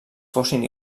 fossin